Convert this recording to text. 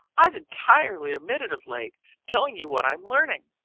i've entirely omitted of late telling you what i am learning,